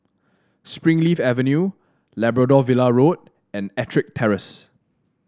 Springleaf Avenue Labrador Villa Road and EttricK Terrace